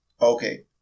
okay